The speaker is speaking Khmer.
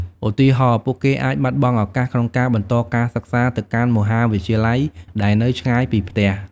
ឧទាហរណ៍ ពួកគេអាចបាត់បង់ឱកាសក្នុងការបន្តការសិក្សាទៅកាន់មហាវិទ្យាល័យដែលនៅឆ្ងាយពីផ្ទះ។